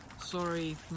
sorry